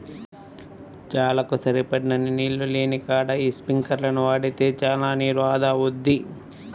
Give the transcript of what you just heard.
చేలకు సరిపడినన్ని నీళ్ళు లేనికాడ యీ స్పింకర్లను వాడితే చానా నీరు ఆదా అవుద్ది